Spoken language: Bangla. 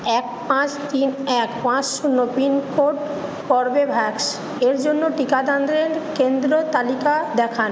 এক পাঁচ তিন এক পাঁচ শূন্য পিনকোড কর্বেভ্যাক্স এর জন্য টিকাদানদের কেন্দ্র তালিকা দেখান